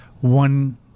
one